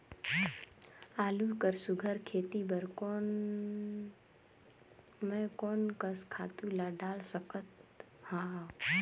आलू कर सुघ्घर खेती बर मैं कोन कस खातु ला डाल सकत हाव?